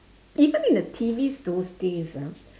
even in the T_V those days ah